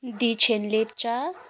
Dichen Lepcha